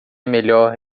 melhor